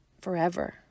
forever